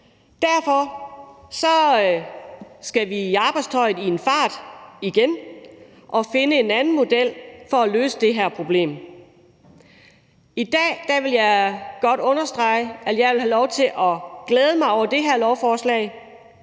Derfor skal vi i arbejdstøjet i en fart, igen, og finde en anden model for at løse det her problem. I dag vil jeg godt understrege, at jeg vil have lov til at glæde mig over det her lovforslag.